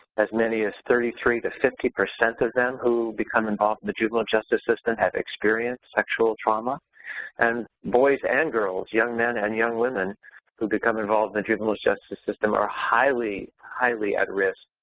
as many as thirty three to fifty percent of them who become involved in the juvenile justice system have experienced sexual trauma and boys and girls, young men and young women who become involved in the juvenile justice system are highly, highly at risk.